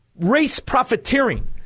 race-profiteering